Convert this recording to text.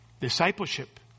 Discipleship